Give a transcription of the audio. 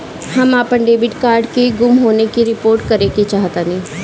हम अपन debit card के गुम होने की रिपोर्ट करे चाहतानी